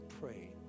pray